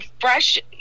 fresh